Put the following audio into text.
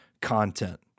content